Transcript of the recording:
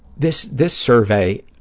this this survey